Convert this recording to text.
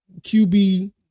QB